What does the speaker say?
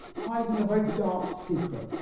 hiding a very dark secret.